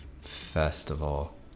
Festival